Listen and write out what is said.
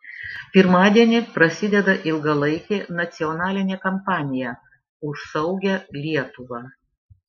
pirmadienį prasideda ilgalaikė nacionalinė kampanija už saugią lietuvą